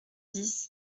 dix